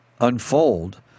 unfold